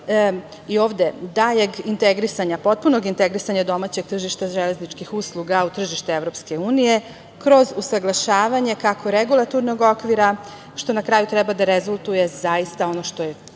ovde daljeg potpunog integrisanja domaćeg tržišta železničkih usluga u tržište EU kroz usaglašavanje kako regulatornog okvira, što na kraju treba da rezultuje zaista ono što je